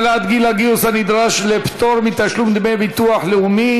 העלאת גיל פטור מתשלום לביטוח לאומי